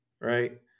Right